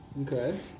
Okay